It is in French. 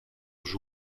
joue